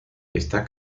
esta